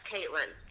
Caitlin